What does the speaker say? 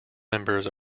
members